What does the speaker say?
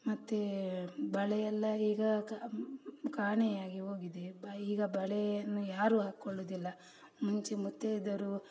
ಮತ್ತು ಬಳೆಯೆಲ್ಲ ಈಗ ಕಾ ಕಾಣೆ ಆಗಿ ಹೋಗಿದೆ ಈಗ ಬಳೆಯನ್ನು ಯಾರು ಹಾಕ್ಕೊಳ್ಳೋದಿಲ್ಲ ಮುಂಚೆ ಮುತ್ತೈದೆಯರು